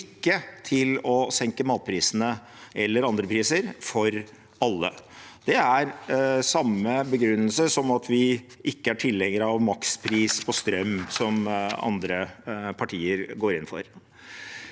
ikke å senke matprisene eller andre priser for alle. Det er av samme begrunnelse som at vi ikke er tilhengere av makspris på strøm, som andre partier går inn for.